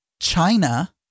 China